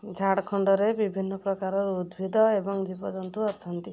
ଝାଡ଼ଖଣ୍ଡରେ ବିଭିନ୍ନ ପ୍ରକାରର ଉଦ୍ଭିଦ ଏବଂ ଜୀବଜନ୍ତୁ ଅଛନ୍ତି